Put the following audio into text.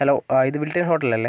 hello ആ ഇത് Wilton ഹോട്ടലല്ലേ